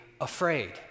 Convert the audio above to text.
afraid